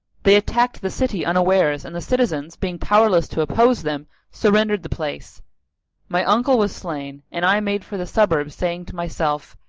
they attacked the city unawares and the citizens, being powerless to oppose them, surrendered the place my uncle was slain and i made for the suburbs saying to myself,